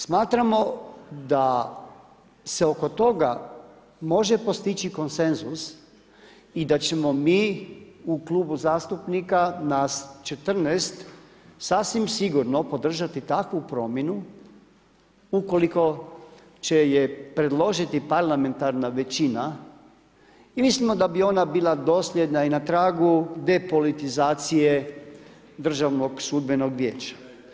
Smatramo da se oko toga može postići konsenzus i da ćemo mi u Klubu zastupnika, nas 14, sasvim sigurno podržati takvu promjenu ukoliko će je predložiti parlamentarna većina i mislimo da bi ona bila dosljedna i na tragu depolitizacije Državnog sudbenog vijeća.